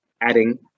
adding